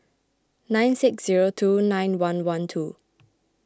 nine six zero two nine one one two